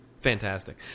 Fantastic